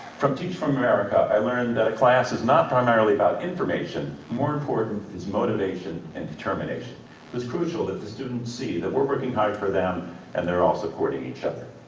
from teach for america, i learned that class is not primarily about information, more important is motivation and determination. it was crucial that the students see that we're working hard for them and they're all supporting each other.